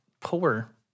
Poor